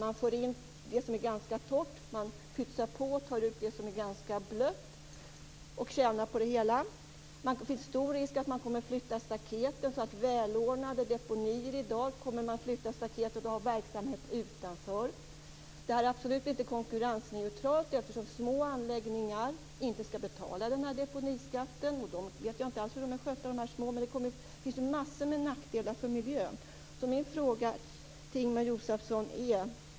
Man får in det som är ganska torrt, man pytsar på och får ut det som är ganska blött - och tjänar på det hela. Det finns en stor risk att man kommer att flytta på staketen för välordnade deponier så att verksamheten hamnar utanför. Detta är absolut inte konkurrensneutralt. Små anläggningar skall inte betala deponiskatten. Jag vet inte hur de små deponierna sköts. Det finns en mängd nackdelar för miljön.